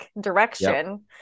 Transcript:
direction